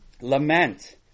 Lament